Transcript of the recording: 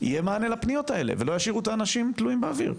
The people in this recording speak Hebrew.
יהיה מענה לפניות האלה ולא ישאירו את האנשים תלויים באוויר.